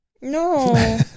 no